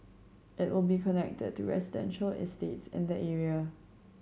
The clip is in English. it will be connected to residential estates in the area